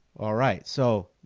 alright, so